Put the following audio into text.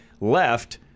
left